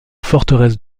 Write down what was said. forteresse